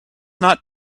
not